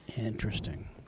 Interesting